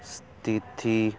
ਸਥਿਤੀ